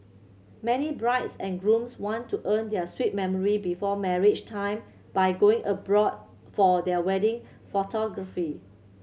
many brides and grooms want to earn their sweet memory before marriage time by going abroad for their wedding photography